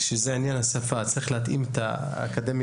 צריך להתאים את האקדמיה,